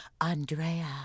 Andrea